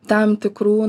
tam tikrų